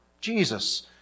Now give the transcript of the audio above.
Jesus